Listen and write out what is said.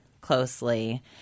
closely